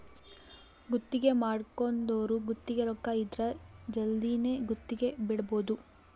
ಗುತ್ತಿಗೆ ಮಾಡ್ಕೊಂದೊರು ಗುತ್ತಿಗೆ ರೊಕ್ಕ ಇದ್ರ ಜಲ್ದಿನೆ ಗುತ್ತಿಗೆ ಬಿಡಬೋದು